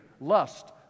lust